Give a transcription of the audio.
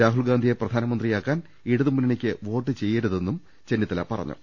രാഹുൽഗാ ന്ധിയെ പ്രധാനമന്ത്രിയാക്കാൻ ഇടതുമുന്നണിക്ക് വോട്ട് ചെയ്യേണ്ട തില്ലെന്നും ചെന്നിത്തല പറഞ്ഞു